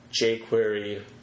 jQuery